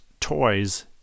toys